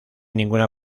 ninguna